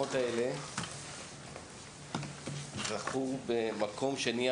המקסימות האלה זכו במקום השני,